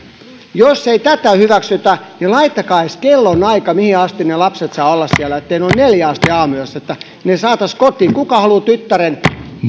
jos ei tätä hyväksytä niin laittakaa edes kellonaika mihin asti ne lapset saavat olla siellä etteivät ne ole neljään asti aamuyöstä että ne saataisiin kotiin kuka haluaa tyttären